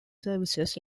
services